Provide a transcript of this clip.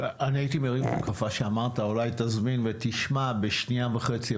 אני הייתי מרים את הכפפה שאמרת אולי תזמין ותשמע בשנייה וחצי,